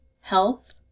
health